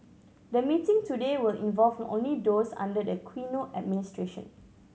the meeting today will involve only those under the Aquino administration